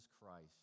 Christ